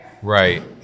Right